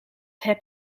heb